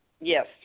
Yes